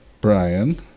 Brian